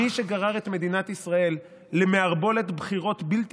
מי שגרר את מדינת ישראל למערבולת בחירות בלתי